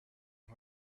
and